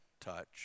touch